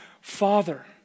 Father